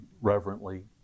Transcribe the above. reverently